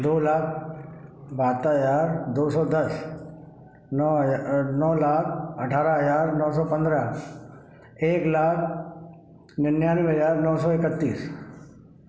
दो लाख बहत्तर हजार दो सौ दस नौ हजा नौ लाख अठारह हजार नौ सौ पंद्रह एक लाख निन्यानवे हजार नौ सौ इकतीस